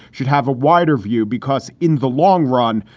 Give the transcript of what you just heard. should have a wider view because in the long run,